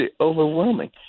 overwhelming